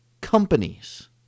companies